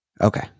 Okay